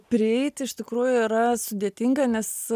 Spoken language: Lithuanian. prieiti iš tikrųjų yra sudėtinga nes